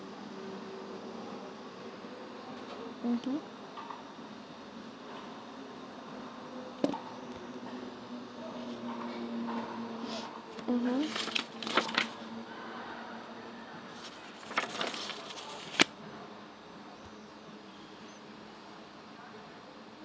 mmhmm mmhmm